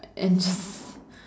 and just